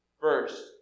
First